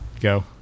go